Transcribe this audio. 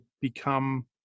become